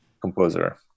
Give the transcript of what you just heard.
composer